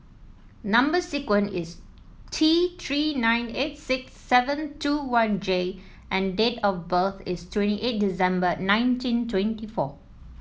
number sequence is T Three nine eight six seven two one J and date of birth is twenty eight December nineteen twenty four